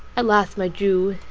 at last my jew,